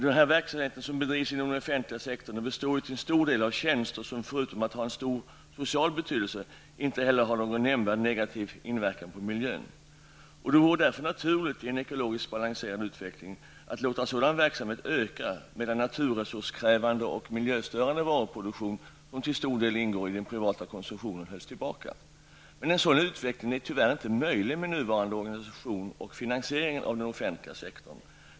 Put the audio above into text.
Den verksamhet som bedrivs inom den offentliga sektorn består ju till stor del av tjänster som förutom att ha stor social betydelse inte heller har någon nämnvärd negativ inverkan på miljön. Det vore därför naturligt, i en ekologiskt balanserad utveckling, att låta sådan verksamhet öka, medan naturresurskrävande och miljöstörande varuproduktion, som till stor del ingår i den privata konsumtionen, hölls tillbaka. Men en sådan utveckling är tyvärr inte möjlig med nuvarande organisation och finansiering av den offentliga sektorn.